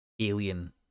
alien